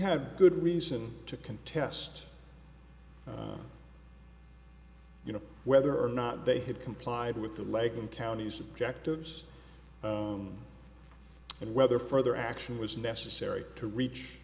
have good reason to contest you know whether or not they had complied with the leg and counties objectives and whether further action was necessary to reach